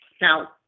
Now